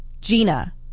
Gina